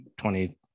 20